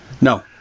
No